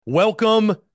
Welcome